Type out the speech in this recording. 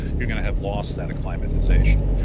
you're going to have lost that acclimatization.